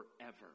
forever